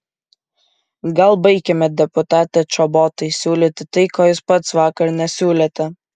gal baikime deputate čobotai siūlyti tai ko jūs pats vakar nesiūlėte